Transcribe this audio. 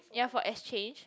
ya for exchange